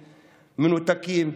מנותקים,